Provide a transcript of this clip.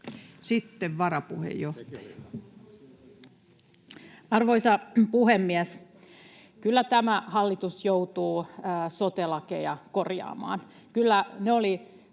Sitten varapuheenjohtaja. Arvoisa puhemies! Kyllä tämä hallitus joutuu sote-lakeja korjaamaan.